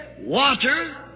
water